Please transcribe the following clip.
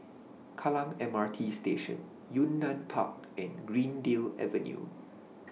Kallang M R T Station Yunnan Park and Greendale Avenue